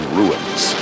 ruins